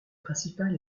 principale